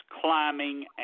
climbing